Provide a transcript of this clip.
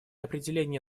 определении